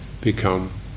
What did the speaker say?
become